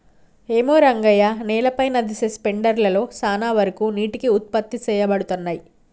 ఏమో రంగయ్య నేలపై నదిసె స్పెండర్ లలో సాన వరకు నీటికి ఉత్పత్తి సేయబడతున్నయి